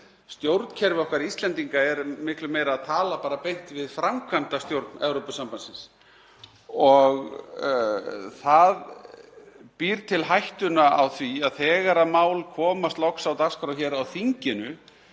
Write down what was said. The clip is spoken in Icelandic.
stjórnkerfi okkar Íslendinga er miklu meira að tala beint við framkvæmdastjórn Evrópusambandsins. Það býr til hættuna á því að þegar mál komast loks á dagskrá hér á þinginu